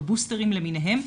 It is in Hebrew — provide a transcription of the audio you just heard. בבוסטרים למיניהם.